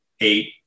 eight